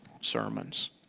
sermons